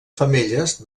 femelles